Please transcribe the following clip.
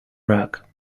rack